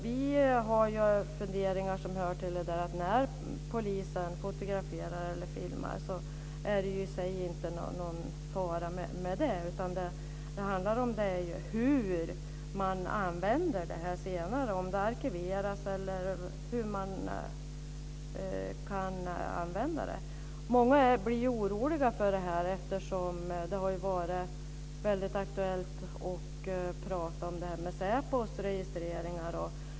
Det är i och för sig inte någon fara med att polisen fotograferar eller filmar, men vad det handlar om är hur man använder materialet senare, om det arkiveras. Många är oroliga inför detta, eftersom det har varit aktuellt med säpos registreringar.